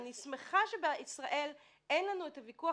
אני שמחה שבישראל אין לנו את הוויכוח